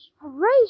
raise